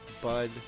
Bud